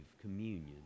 communion